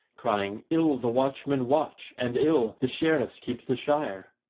crying ill the watchmen watch, and ill the sheriffs keep the shire.